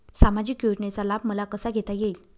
सामाजिक योजनेचा लाभ मला कसा घेता येईल?